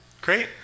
great